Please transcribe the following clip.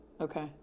Okay